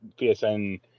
PSN